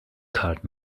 card